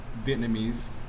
Vietnamese